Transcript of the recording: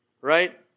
right